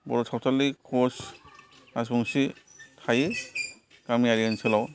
बर' सावथालि खस राजबंसि थायो गामियारि ओनसोलाव